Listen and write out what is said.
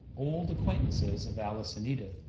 old acquaintances of alice and edith,